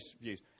views